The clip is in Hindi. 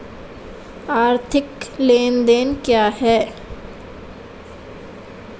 आर्थिक लेनदेन क्या है?